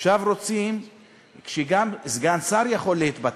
עכשיו רוצים שגם סגן שר יוכל להתפטר,